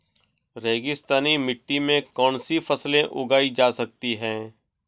रेगिस्तानी मिट्टी में कौनसी फसलें उगाई जा सकती हैं?